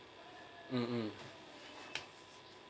mm